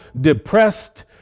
depressed